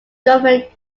government